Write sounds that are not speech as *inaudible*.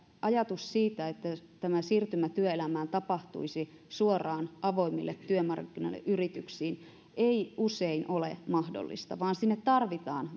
ajatus siitä että tämä siirtymä työelämään tapahtuisi suoraan avoimille työmarkkinoille yrityksiin niin se ei usein ole mahdollista vaan tarvitaan *unintelligible*